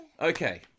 Okay